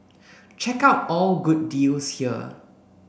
check out all good deals here